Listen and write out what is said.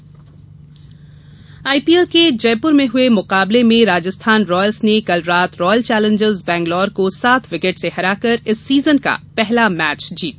आई PL IPL के जयपुर में हुए मुकाबले में राजस्थान रॉयल्स ने कल रात रॉयल चेलेंजर्स बैंगलोर को सात विकेट से हराकर इस सीजन का पहला मैच जीता